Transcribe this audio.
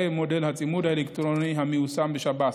מודל הצימוד האלקטרוני המיושם בספרד.